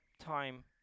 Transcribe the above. time